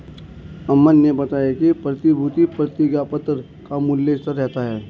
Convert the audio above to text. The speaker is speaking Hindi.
अमन ने बताया कि प्रतिभूति प्रतिज्ञापत्र का मूल्य स्थिर रहता है